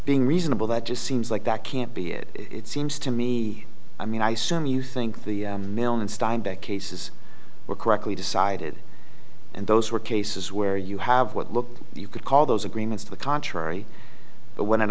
being reasonable that just seems like that can't be it it seems to me i mean i some you think the millman steinbeck cases were correctly decided and those were cases where you have what look you could call those agreements to the contrary but when